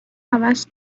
عوض